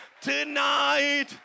tonight